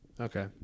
Okay